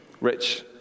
Rich